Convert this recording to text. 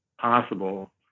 possible